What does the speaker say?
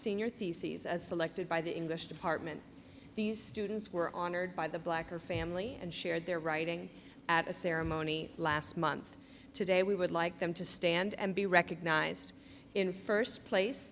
senior theses as selected by the english department these students were on heard by the black her family and shared their writing at a ceremony last month today we would like them to stand and be recognized in first place